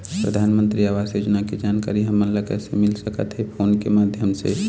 परधानमंतरी आवास योजना के जानकारी हमन ला कइसे मिल सकत हे, फोन के माध्यम से?